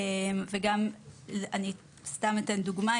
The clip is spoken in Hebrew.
אני אתן דוגמה.